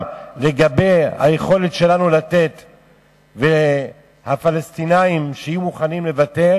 לגבי היכולת שלנו לתת והפלסטינים שיהיו מוכנים לוותר,